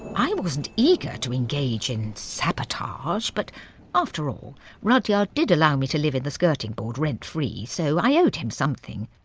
i wasn't eager to engage in sabotage but after all rudyard did allow me to live in the skirting board rent free, so i owed him something.